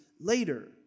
later